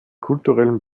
kulturellen